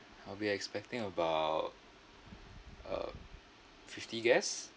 I will be expecting about uh fifty guests